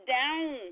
down